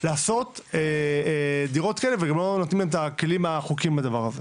לעשות דירות כאלה וגם לא נותנים להם את הכלים החוקיים לדבר הזה.